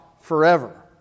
forever